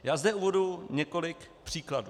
Já zde uvedu několik příkladů.